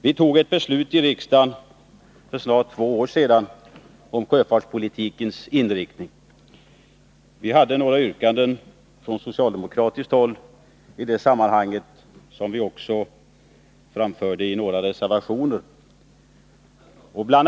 Vi tog ett beslut i riksdagen för snart två år sedan om sjöfartspolitikens inriktning. Från socialdemokratiskt håll hade vi vissa yrkanden i det sammanhanget, och dessa framförde vi också i några reservationer. Bl.